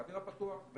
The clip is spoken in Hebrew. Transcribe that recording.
באוויר הפתוח,